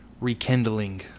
rekindling